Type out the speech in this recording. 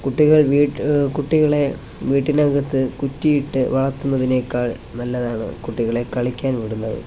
കുട്ടികൾ വീട്ട് കുട്ടികളെ വീട്ടിനകത്ത് കുറ്റിയിട്ട് വളർത്തുന്നതിനേക്കാൾ നല്ലതാണ് കുട്ടികളെ കളിക്കാൻ വിടുന്നത്